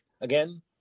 again